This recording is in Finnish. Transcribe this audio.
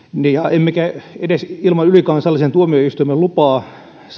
emmekä edes ilman ylikansallisen tuomioistuimen lupaa